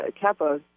Kappa